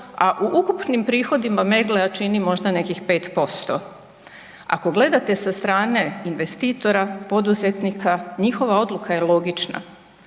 a u ukupnim prihodima Meggle-a čini možda nekih 5%. Ako gledate sa strane investitora, poduzetnika njihova odluka je logična